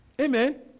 Amen